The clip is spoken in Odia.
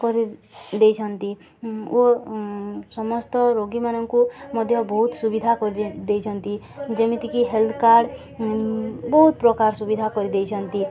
କରି ଦେଇଛନ୍ତି ଓ ସମସ୍ତ ରୋଗୀମାନଙ୍କୁ ମଧ୍ୟ ବହୁତ ସୁବିଧା କରି ଦେଇଛନ୍ତି ଯେମିତିକି ହେଲ୍ଥ କାର୍ଡ଼ ବହୁତ ପ୍ରକାର ସୁବିଧା କରିଦେଇଛନ୍ତି